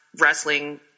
wrestling